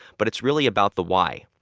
but it's really about the why.